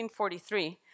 1943